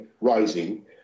rising